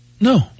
No